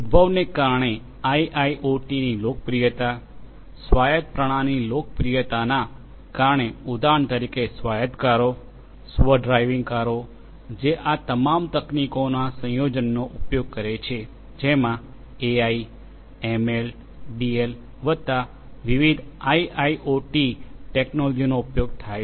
ઉદ્ભવને કારણે આઇઆઇઓટી ની લોકપ્રિયતા સ્વાયત પ્રણાલીની લોકપ્રિયતાના કારણે ઉદાહરણ તરીકે સ્વાયત કારો સ્વ ડ્રાઇવિંગ કારો જે આ તમામ તકનીકોના સંયોજનનો ઉપયોગ કરે છે જેમાં એઆઈ એમએલ ડીએલ વત્તા વિવિધ આઇઆઇઓટી ટેકનોલોજીનો ઉપયોગ થાય છે